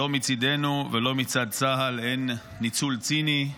שלא מצידנו ולא מצד צה"ל אין ניצול ציני,